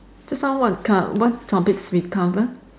just now what what topics we cover